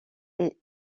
ait